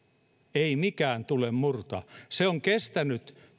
ei minkään tule murtaa tämä instituutio on kestänyt